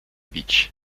beach